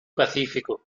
pacífico